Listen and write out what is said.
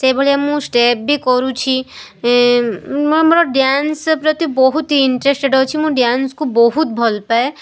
ସେଇ ଭଳିଆ ମୁଁ ଷ୍ଟେପ୍ ବି କରୁଛି ମୋ ମୋର ଡ୍ୟାନ୍ସ ପ୍ରତି ବହୁତ ଇଣ୍ଟ୍ରେଷ୍ଟେଡ଼୍ ଅଛି ମୁଁ ଡ୍ୟାନ୍ସକୁ ବହୁତ ଭଲ ପାଏ